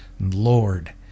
lord